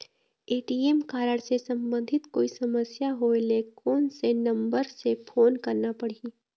ATM card से संबंधित कोई समस्या होय ले, कोन से नंबर से फोन करना पढ़ही?